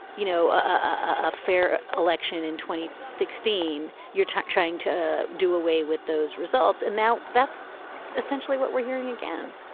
you know, a fair election in twenty sixteen. you're trying trying to do away with those results. and now that's essentially what we're hearing again.